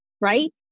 right